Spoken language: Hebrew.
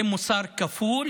זה מוסר כפול,